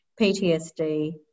PTSD